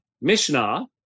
Mishnah